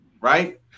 Right